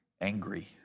angry